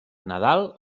nadal